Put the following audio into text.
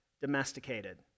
domesticated